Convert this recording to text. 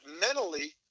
mentally